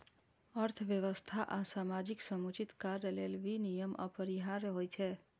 अर्थव्यवस्था आ समाजक समुचित कार्य लेल विनियम अपरिहार्य होइ छै